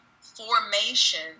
formation